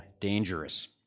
dangerous